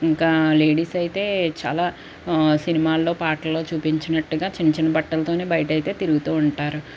ఇంకా లేడీస్ అయితే చాలా సినిమాల్లో పాటల్లో చూపించినట్టుగా చిన్న చిన్న బట్టలతో బయటైతే తిరుగుతూ ఉంటారు